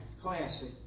classic